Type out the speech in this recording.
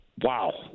Wow